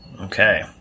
Okay